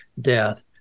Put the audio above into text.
death